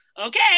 okay